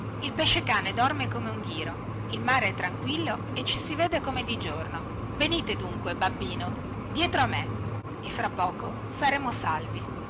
babbo il pescecane dorme come un ghiro il mare è tranquillo e ci si vede come di giorno venite dunque babbino dietro a me e fra poco saremo salvi